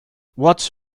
what